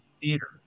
theater